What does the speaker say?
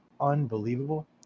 unbelievable